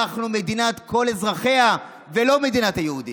אנחנו נהיה מדינת כל אזרחיה ולא מדינת היהודים.